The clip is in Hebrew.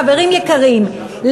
חברים יקרים,